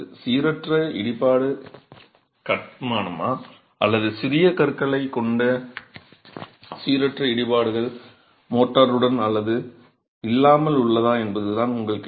சீரற்ற இடிபாடு கட்டுமானமா அல்லது சிறிய கற்களைக் கொண்ட சீரற்ற இடிபாடுகள் மோர்டார் உடன் அல்லது இல்லாமல் உள்ளதா என்பதுதான் உங்கள் கேள்வி